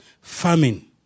famine